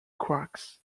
quarks